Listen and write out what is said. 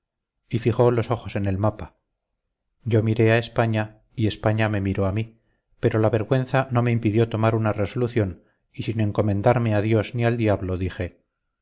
y fijó los ojos en el mapa yo miré a españa y españa me miró a mí pero la vergüenza no me impidió tomar una resolución y sin encomendarme a dios ni al diablo dije